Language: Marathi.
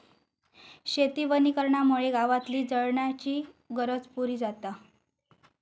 शेती वनीकरणामुळे गावातली जळणाची गरज पुरी जाता